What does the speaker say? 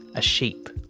a sheep.